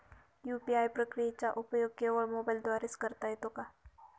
UPI प्रक्रियेचा उपयोग केवळ मोबाईलद्वारे च करता येतो का?